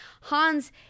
Hans